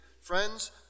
Friends